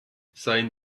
seien